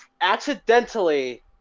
accidentally